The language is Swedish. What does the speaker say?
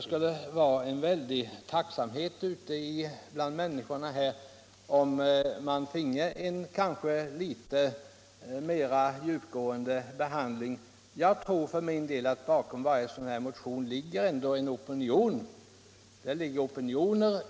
Jag tror att det bakom varje motion ligger en opinion ute bland människorna.